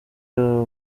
aba